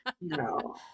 No